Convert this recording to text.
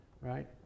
right